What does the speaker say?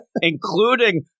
including